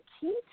key